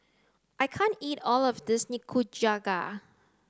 I can't eat all of this Nikujaga